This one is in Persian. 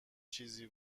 چیزی